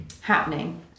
happening